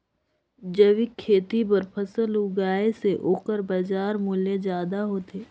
जैविक खेती बर फसल उगाए से ओकर बाजार मूल्य ज्यादा होथे